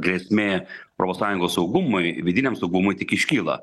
grėsmė europos sąjungos saugumui vidiniam saugumui tik iškyla